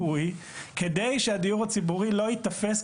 כדי שהוא יהיה ממצה,